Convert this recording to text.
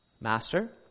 Master